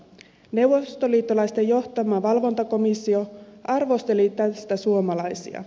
neuvostoliittolaisten johtama valvontakomissio arvosteli tästä suomalaisia